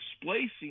displacing